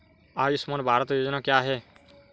आयुष्मान भारत योजना क्या है?